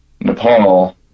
Nepal